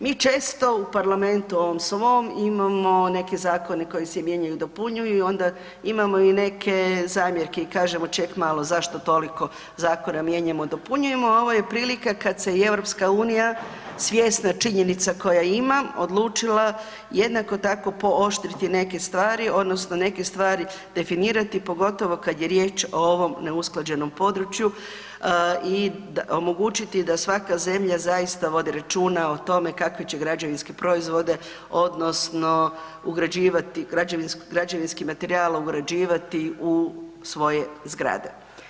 Mi često u parlamentu ovom svom imamo neke zakone koji se mijenjaju i dopunjuju i onda imamo i neke zamjerke i kažemo ček malo zašto toliko zakona mijenjamo i dopunjujemo, a ovo je prilika kad se i EU svjesna činjenica koja ima, odlučila jednako tako pooštriti neke stvari odnosno neke stvari definirati, pogotovo kad je riječ o ovom neusklađenom području i omogućiti da svaka zemlja zaista vodi računa o tome kakvi će građevinski proizvode odnosno ugrađivati, građevinski materijal ugrađivati u svoje zgrade.